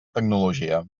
tecnologia